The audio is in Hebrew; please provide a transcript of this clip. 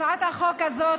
הצעת החוק הזאת